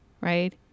Right